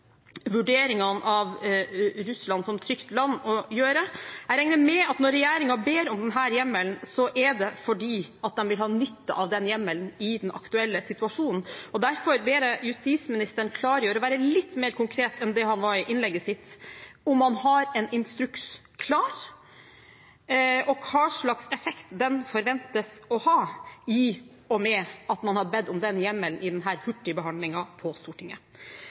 av Russland som trygt land å gjøre. Jeg regner med at når regjeringen ber om denne hjemmelen, er det fordi de vil ha nytte av den hjemmelen i den aktuelle situasjonen, og derfor ber jeg justisministeren klargjøre og være litt mer konkret enn det han var i innlegget sitt – om han har en instruks klar, og hva slags effekt den forventes å ha, i og med at man har bedt om den hjemmelen i